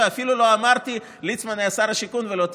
ואפילו לא אמרתי שליצמן היה שר השיכון ולא תיקן.